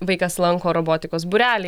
vaikas lanko robotikos būrelį